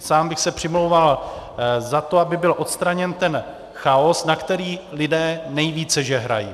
Sám bych se přimlouval za to, aby byl odstraněn ten chaos, na který lidé nejvíce žehrají.